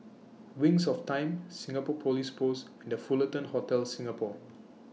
Wings of Time Singapore Police Force and The Fullerton Hotel Singapore